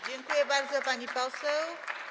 Dziękuję bardzo, pani poseł.